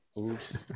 Oops